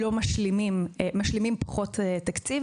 משלימים פחות תקציב